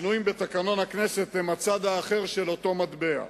שינויים בתקנון הכנסת הם הצד האחר של אותו מטבע.